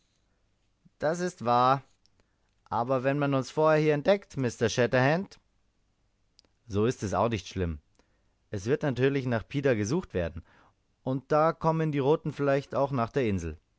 das ist wahr aber wenn man uns vorher hier entdeckt mr shatterhand so ist es auch nicht schlimm es wird natürlich nach pida gesucht werden und da kommen die roten vielleicht auch nach der insel